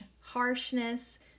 harshness